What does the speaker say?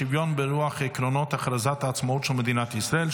שוויון ברוח עקרונות הכרזת העצמאות של מדינת ישראל),